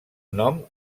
nom